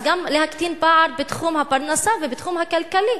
אז גם להקטין פער בתחום הפרנסה ובתחום הכלכלי.